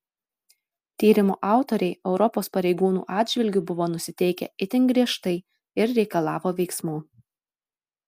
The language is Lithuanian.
tyrimo autoriai europos pareigūnų atžvilgiu buvo nusiteikę itin griežtai ir reikalavo veiksmų